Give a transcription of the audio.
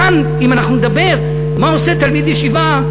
כאן, אם אנחנו נדבר מה עושה תלמיד ישיבה,